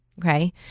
Okay